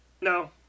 no